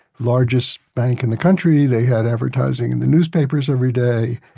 largest bank in the country. they had advertising in the newspapers every day.